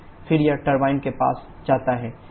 फिर यह टरबाइन के पास जाता है